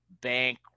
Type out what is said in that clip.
bank